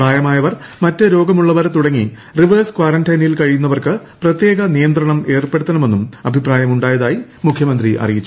പ്രായമായവർ ് മറ്റ് രോഗമുള്ളവർ തുടങ്ങി റിവേഴ്സ് കാറന്റൈനിൽ കഴിയുന്നവർക്ക് പ്രത്യേക നിയന്ത്രണം ഏർപ്പെടുത്തണമെന്നും അഭിപ്രായമുണ്ടാതായി മുഖ്യമന്ത്രി അറിയിച്ചു